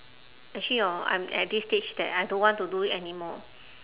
actually hor I'm at this stage that I don't want to do it anymore